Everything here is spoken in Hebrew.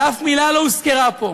ואף מילה לא הוזכרה פה.